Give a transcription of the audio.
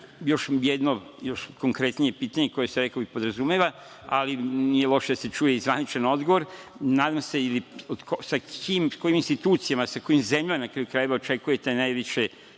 jedno konkretnije pitanje koje se nekako i podrazumeva, ali nije loše da se čuje i zvaničan odgovor. Sa kojim institucijama, sa kojim zemljama, na kraju krajeva, očekujete najviše